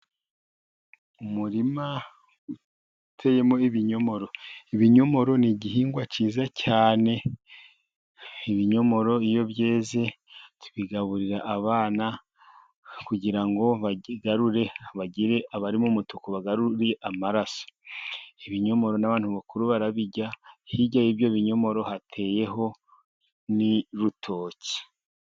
Umurima uteyemo ibinyomoro. Ibinyomoro ni igihingwa cyiza cyane. Ibinyomoro iyo byeze tubigaburira abana, kugira ngo abari mu mutuku bagarure amaraso. Ibinyomoro n'abantu bakuru barabirya. Hirya y'ibyo binyomoro hateyeho n'urutoki.